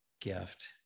gift